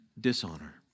dishonor